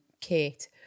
Kate